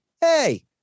hey